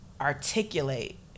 articulate